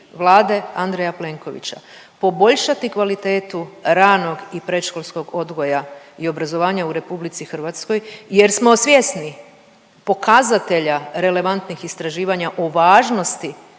Vlade Andreja Plenkovića poboljšati kvalitetu ranog i predškolskog odgoja i obrazovanja u RH jer smo svjesni pokazatelja relevantnih istraživanja o važnosti